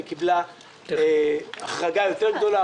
היא קיבלה החרגה יותר גדולה,